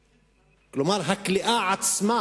כלומר: הכליאה עצמה